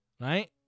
Right